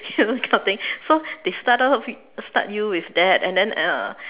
ya those kind of thing so they start off start you with that and then uh